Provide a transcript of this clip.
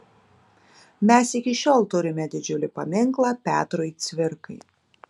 mes iki šiol turime didžiulį paminklą petrui cvirkai